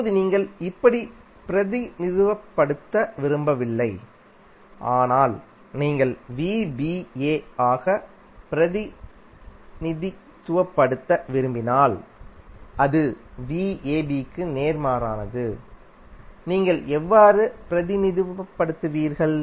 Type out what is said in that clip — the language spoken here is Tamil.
இப்போது நீங்கள் இப்படி பிரதிநிதித்துவப்படுத்த விரும்பவில்லை ஆனால் நீங்கள் ஆக பிரதிநிதித்துவப்படுத்த விரும்பினால் அது க்கு நேர்மாறானதுநீங்கள் எவ்வாறு பிரதிநிதித்துவப்படுத்துவீர்கள்